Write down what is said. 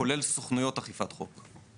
כולל סוכנויות אכיפת חוק.